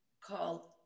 called